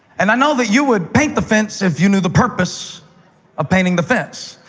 and i know that you would paint the fence if you knew the purpose of painting the fence,